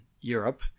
Europe